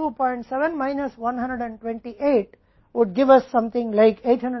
अब जब हम Qs और IM को जान लेते हैं तो हम यहाँ कुल विकल्प प्राप्त कर सकते हैं कुल